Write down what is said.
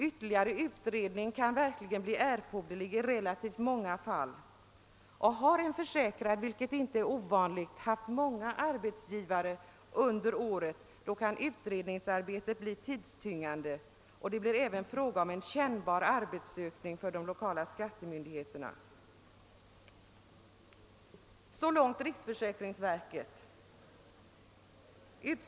Ytterligare utredning kan verkligen bli erforderlig i relativt många fall, och har en försäkrad, vilket inte är ovanligt, haft många arbetsgivare under året kan utredningsarbetet bli tidskrävande, och det blir även fråga om en kännbar arbetsökning för de lokala skattemyndigheterna, framhåller riksförsäkringsverket vidare.